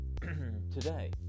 today